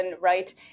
right